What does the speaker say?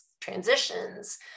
transitions